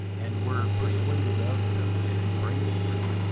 and were persuaded of them, and embraced them,